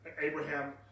Abraham